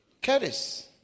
carries